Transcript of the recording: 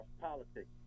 politics